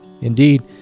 Indeed